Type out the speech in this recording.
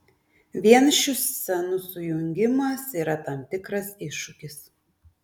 vien šių scenų sujungimas yra tam tikras iššūkis